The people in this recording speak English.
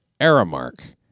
Aramark